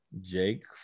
Jake